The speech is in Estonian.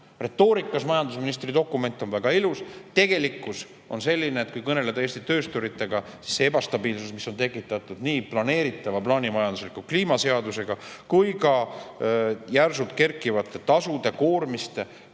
Retoorikas on majandusministri dokument väga ilus, tegelikkus on selline, et kui kõneleda Eesti töösturitega, siis see ebastabiilsus, mis on tekitatud nii planeeritava plaanimajandusliku kliimaseadusega kui ka järsult kerkivate tasude, koormistega,